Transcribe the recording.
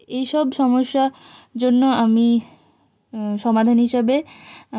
এইসব সমস্যা জন্য আমি সমাধান হিসাবে